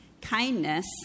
kindness